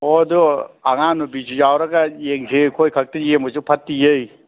ꯑꯣ ꯑꯗꯣ ꯑꯉꯥꯡ ꯅꯨꯕꯤꯁꯨ ꯌꯥꯎꯔꯒ ꯌꯦꯡꯁꯦ ꯑꯩꯈꯣꯏ ꯈꯛꯇ ꯌꯦꯡꯕꯁꯨ ꯐꯠꯇꯤꯌꯦ